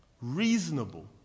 Reasonable